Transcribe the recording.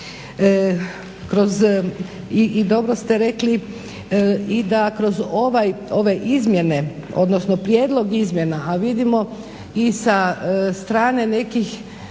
I dobro ste rekli i da kroz ove izmjene, odnosno prijedlog izmjena, a vidimo i sa strane nekih